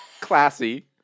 classy